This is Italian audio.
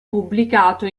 pubblicato